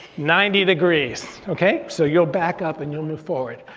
ninety degrees. okay so you'll back up and you'll move forward.